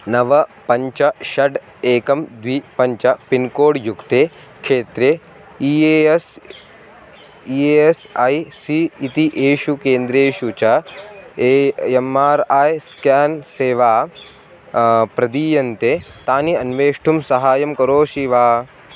नव पञ्च षड् एकं द्वि पञ्च पिन्कोड् युक्ते क्षेत्रे E A S E A S I C इति येषु केन्द्रेषु च A M R I scan सेवा प्रदीयन्ते तानि अन्वेष्ठुं सहायं करोषि वा